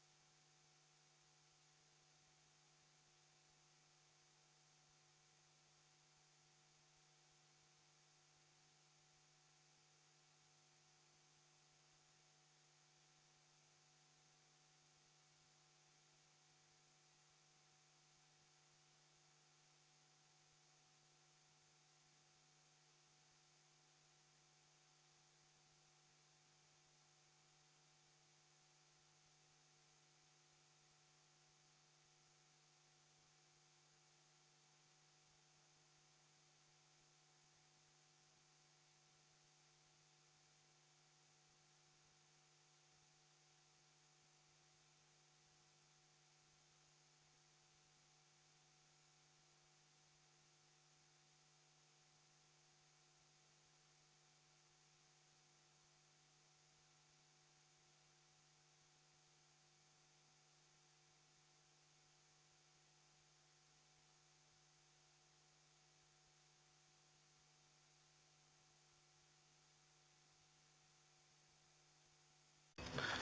asian